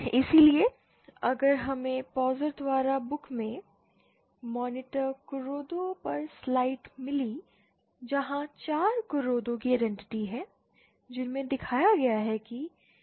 इसलिए अगर हमें पोज़र द्वारा पुस्तक में मॉनीटर कुरोदा पर स्लाइड्स मिलीं जहां चार कुरोदा की आइडेंटिटी है जिसमें दिखाया गया है कि इनमें से दो रूचि की हैं